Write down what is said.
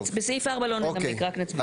אז בסעיף 4 לא ננמק, רק נצביע.